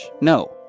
No